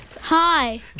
Hi